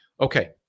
Okay